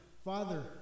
Father